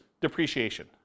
depreciation